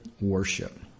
worship